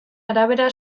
arabera